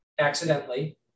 accidentally